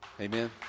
Amen